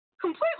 completely